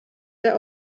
der